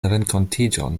renkontiĝon